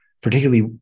particularly